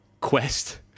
quest